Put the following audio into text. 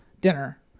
dinner